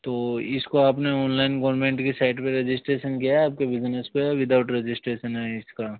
तो इसको आपने ऑनलाइन गवर्नमेंट की साइट पे रेजिस्ट्रैशन किया है आपके बिजनेस पे या विदाउट रेजिस्ट्रैशन है इसका